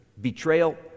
betrayal